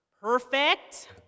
perfect